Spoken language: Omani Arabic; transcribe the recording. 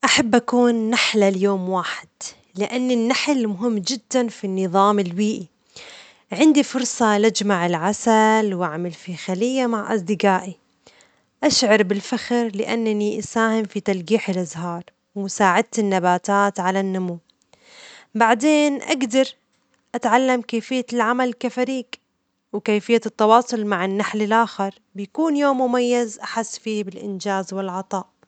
أحب أكون نحلة ليوم واحد ،لأن النحل مهم جدا في النظام البيئي، عندي فرصة لأجمع العسل وأعمل فيه خلية مع أصدجائي، أشعر بالفخر لأنني أساهم في تلجيح الأزهار ومساعدة النباتات على النمو ،بعدين أجدر أتعلم كيفية العمل كفريج ،وكيفية التواصل مع النحل الآخر، بيكون يوم مميز أحس فيه بالإنجاز والعطاء.